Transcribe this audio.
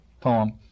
poem